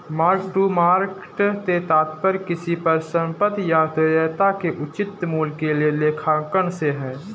mark to market से तात्पर्य किसी परिसंपत्ति या देयता के उचित मूल्य के लिए लेखांकन से है